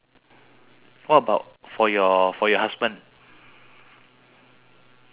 then what is the thing that he impress you the most